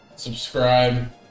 Subscribe